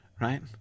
right